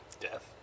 death